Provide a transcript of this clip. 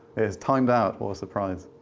it has timed out, what a surprise.